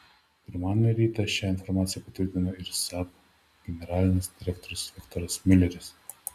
pirmadienio rytą šią informaciją patvirtino ir saab generalinis direktorius viktoras miuleris